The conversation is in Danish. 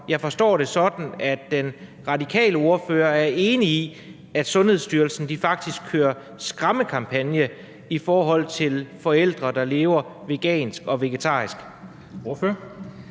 jeg forstå det sådan, at den radikale ordfører er enig i, at Sundhedsstyrelsen faktisk kører skræmmekampagne i forhold til forældre, der lever vegansk og vegetarisk?